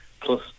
plus